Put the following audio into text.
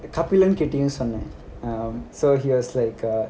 cup ஏன் கேட்டியானு சொன்னேன்:yen ketiyanu keten so he has like a